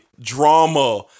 drama